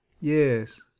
Yes